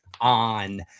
on